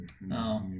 No